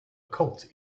cult